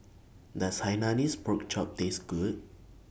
Does Hainanese Pork Chop Taste Good